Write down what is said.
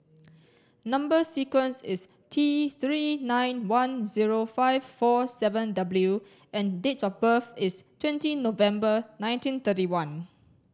number sequence is T three nine one zero five four seven W and date of birth is twenty November nineteen thirty one